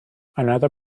another